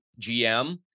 GM